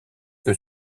que